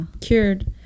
cured